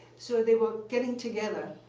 so they were getting together,